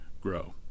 grow